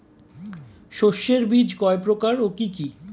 শস্যের বীজ কয় প্রকার ও কি কি?